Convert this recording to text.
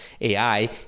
AI